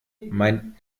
mein